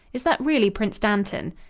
is that really prince dantan?